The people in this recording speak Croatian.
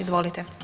Izvolite.